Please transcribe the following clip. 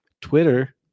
Twitter